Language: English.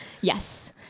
Yes